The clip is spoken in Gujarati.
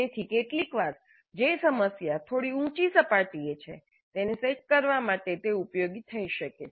તેથી કેટલીકવાર જે સમસ્યા થોડી ઉચી સપાટીએ છે તેને સેટ કરવા માટે તે ઉપયોગી થઈ શકે છે